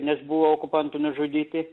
nes buvo okupantų nužudyti